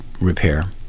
repair